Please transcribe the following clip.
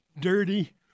dirty